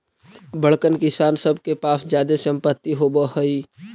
बड़कन किसान सब के पास जादे सम्पत्ति होवऽ हई